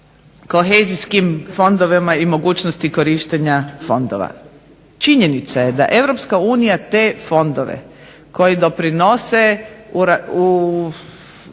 kohezijskim fondovima i mogućnosti korištenja fondova. Činjenica je da Europska unija te fondove koji doprinose